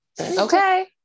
Okay